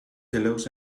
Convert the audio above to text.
pillows